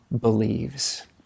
believes